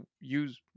use